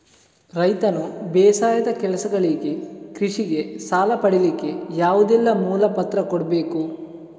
ರೈತನು ಬೇಸಾಯದ ಕೆಲಸಗಳಿಗೆ, ಕೃಷಿಗೆ ಸಾಲ ಪಡಿಲಿಕ್ಕೆ ಯಾವುದೆಲ್ಲ ಮೂಲ ಪತ್ರ ಕೊಡ್ಬೇಕು?